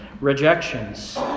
rejections